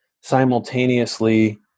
simultaneously